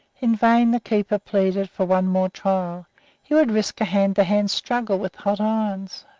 in vain the keeper pleaded for one more trial he would risk a hand-to-hand struggle with hot irons.